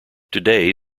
today